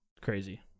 Crazy